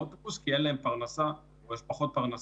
האוטובוס כי אין להם פרנסה או שבמוניות זה פחות פרנסה.